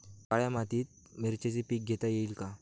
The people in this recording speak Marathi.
काळ्या मातीत मिरचीचे पीक घेता येईल का?